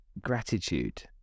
gratitude